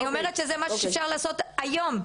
אני אומרת שזה משהו שאפשר לעשות היום.